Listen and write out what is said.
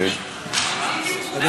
בבקשה, אדוני.